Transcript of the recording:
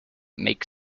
make